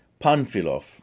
Panfilov